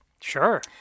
Sure